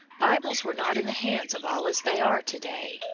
bibles were not in the hands of all as they are to-day,